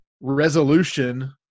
resolution